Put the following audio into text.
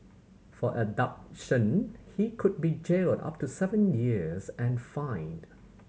for abduction he could be jailed up to seven years and fined